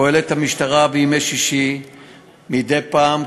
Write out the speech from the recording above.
פועלת המשטרה בימי שישי מדי פעם,